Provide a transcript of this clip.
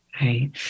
Right